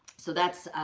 so that's,